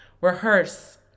rehearse